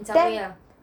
subway ah